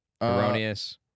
erroneous